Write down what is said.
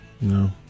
No